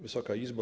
Wysoka Izbo!